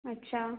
अच्छा